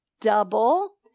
Double